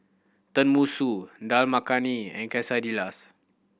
Tenmusu Dal Makhani and Quesadillas